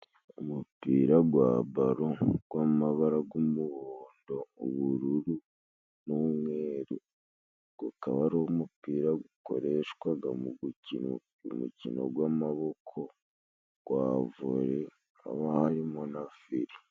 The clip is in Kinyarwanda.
Umupira gwa balo gw'amabara g'umuhondo ,ubururu n'umweru gukaba ari umupira gukoreshwaga mu gukina umukino gw'amaboko gwa vole hakaba harimo na fire.